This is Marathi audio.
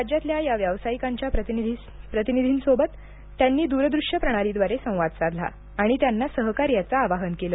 राज्यातल्या या व्यावसायिकांच्या प्रतिनिधींसोबत त्यांनी द्रदृश्य प्रणालीद्वारे संवाद साधला आणि त्यांना सहकार्याचं आवाहन केलं